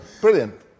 Brilliant